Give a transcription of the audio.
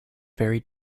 very